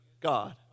God